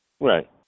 Right